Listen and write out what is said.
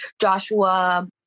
Joshua